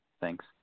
Thanks